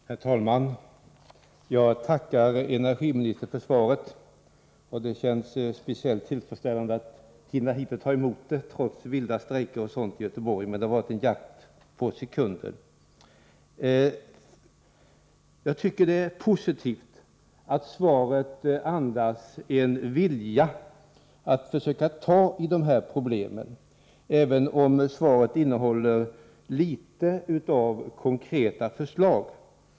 Herr talman! Jag tackar energiministern för svaret. Det känns speciellt tillfredsställande att hinna hit och ta emot svaret trots vilda strejker i Göteborg. Det har varit en jakt på sekunder. Jag tycker att det är positivt att svaret andas en vilja att försöka ta tag i de här problemen, även om svaret innehåller litet av konkreta förslag.